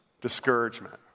discouragement